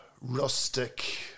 Rustic